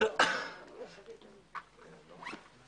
החשש שנשמע גם בדיון הקודם,